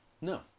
No